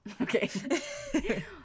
Okay